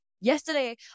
Yesterday